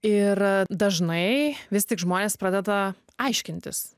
ir dažnai vis tik žmonės pradeda aiškintis